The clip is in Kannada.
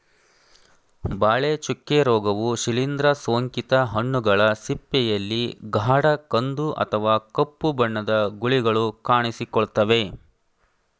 ಬಾಳೆ ಚುಕ್ಕೆ ರೋಗವು ಶಿಲೀಂದ್ರ ಸೋಂಕಿತ ಹಣ್ಣುಗಳ ಸಿಪ್ಪೆಯಲ್ಲಿ ಗಾಢ ಕಂದು ಅಥವಾ ಕಪ್ಪು ಬಣ್ಣದ ಗುಳಿಗಳು ಕಾಣಿಸಿಕೊಳ್ತವೆ